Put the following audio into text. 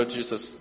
Jesus